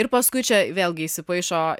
ir paskui čia vėlgi įsipaišo